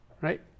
Right